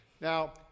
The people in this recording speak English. Now